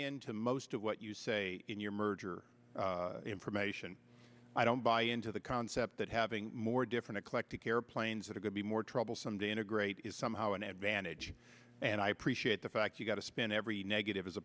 into most of what you say in your merger information i don't buy into the concept that having more different eclectic airplanes that it could be more troublesome to integrate is somehow an advantage and i appreciate the fact you got to spend every negative as a